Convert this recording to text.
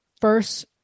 first